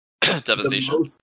devastation